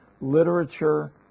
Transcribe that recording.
literature